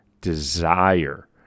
desire